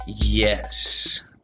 yes